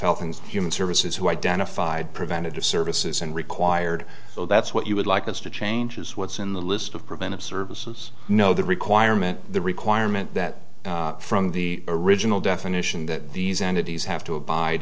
health and human services who identified preventative services and required so that's what you would like us to change is what's in the list of preventive services no the requirement the requirement that from the original definition that these entities have to abide